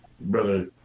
Brother